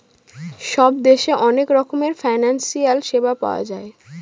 সব দেশে অনেক রকমের ফিনান্সিয়াল সেবা পাওয়া যায়